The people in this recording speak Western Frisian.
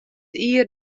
jier